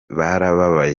barabaye